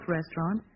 restaurant